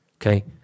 okay